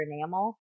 enamel